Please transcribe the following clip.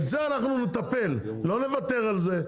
את זה אנחנו נטפל לא נוותר על זה,